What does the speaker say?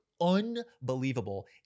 unbelievable